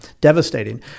devastating